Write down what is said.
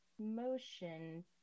motion